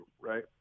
right